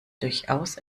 durchaus